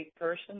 person